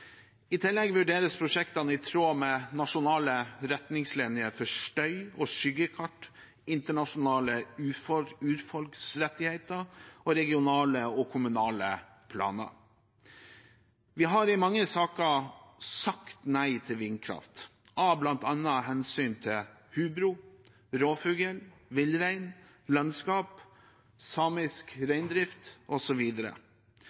I tillegg vurderes prosjektene i tråd med nasjonale retningslinjer for støy og skyggekart, internasjonale urfolksrettigheter og regionale og kommunale planer. Vi har i mange saker sagt nei til vindkraft, bl.a. av hensyn til hubro, rovfugl, villrein, landskap, samisk